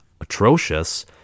atrocious